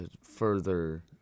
further